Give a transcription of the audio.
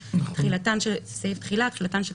מתקינה הממשלה תקנות אלה: תיקון תקנה 15